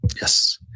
Yes